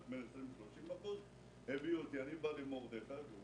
מענק האיזון שנותן לנו משרד הפנים מקוצץ בגלל סיבה זו או